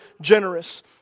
generous